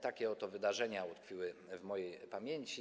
Takie oto wydarzenia utkwiły w mojej pamięci.